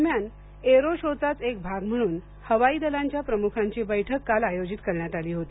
दरम्यान aero show चाच एक भाग म्हणून हवाई दलांच्या प्रमुखांची बैठक काल आयोजित करण्यात आली होती